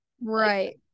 right